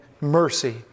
mercy